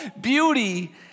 beauty